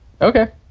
Okay